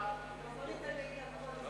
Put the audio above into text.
בכל מקרה, אילן גילאון קודם.